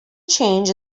change